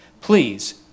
Please